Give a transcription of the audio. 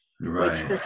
Right